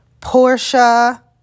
Portia